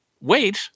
wait